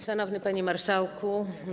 Szanowny Panie Marszałku!